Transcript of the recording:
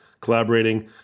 collaborating